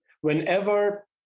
whenever